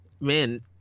man